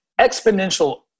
exponential